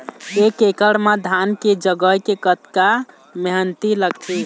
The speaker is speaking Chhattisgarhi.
एक एकड़ म धान के जगोए के कतका मेहनती लगथे?